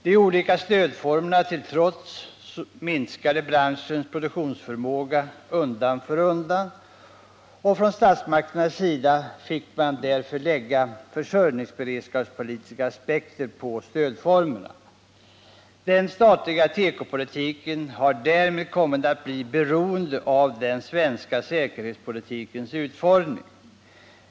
De olika stödformerna till trots minskade branschens produktionsförmåga undan för undan, och statsmakterna fick därför lägga försörjningsberedskapspolitiska aspekter på stödformerna. Den statliga tekopolitiken har därmed kommit att bli beroende av den svenska säkerhetspolitikens utformning.